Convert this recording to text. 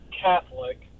Catholic